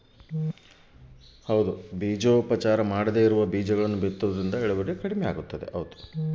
ಬೇಜೋಪಚಾರ ಮಾಡದೇ ಇರೋ ಬೇಜಗಳನ್ನು ಬಿತ್ತುವುದರಿಂದ ಇಳುವರಿ ಕಡಿಮೆ ಆಗುವುದೇ?